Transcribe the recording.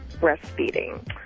breastfeeding